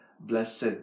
Blessed